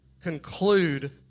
conclude